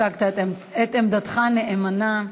הצגת את עמדתך נאמנה.